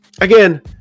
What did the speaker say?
again